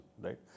right